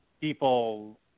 people